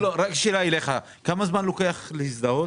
שאלה אליך, כמה זמן לוקח להזדהות?